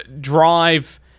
drive